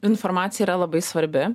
informacija yra labai svarbi